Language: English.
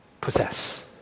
possess